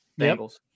Bengals